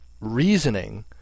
reasoning